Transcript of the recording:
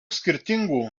skirtingų